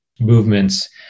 movements